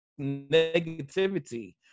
negativity